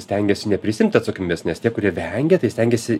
stengiasi neprisiimt atsakomybės nes tie kurie vengia tai stengiasi